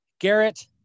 Garrett